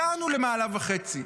הגענו למעלה וחצי.